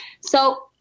So-